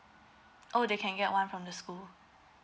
oh they can get one from the school